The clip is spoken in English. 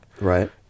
right